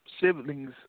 siblings